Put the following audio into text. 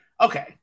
okay